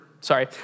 sorry